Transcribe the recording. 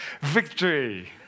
victory